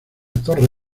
torre